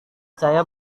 saya